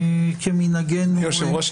כמנהגנו -- היושב-ראש,